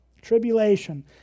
tribulation